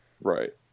Right